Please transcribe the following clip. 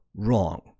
Wrong